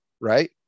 right